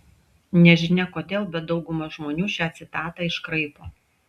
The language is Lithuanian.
nežinia kodėl bet dauguma žmonių šią citatą iškraipo